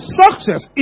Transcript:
success